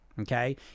Okay